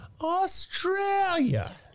Australia